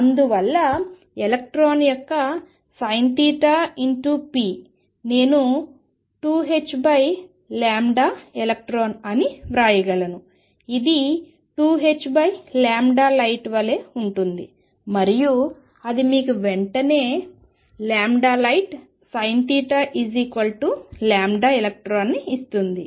అందువల్ల ఎలక్ట్రాన్ యొక్క sinθ p నేను 2helectron అని వ్రాయగలను ఇది 2hlight వలె ఉంటుంది మరియు అది మీకు వెంటనే lightsinθ electron ఇస్తుంది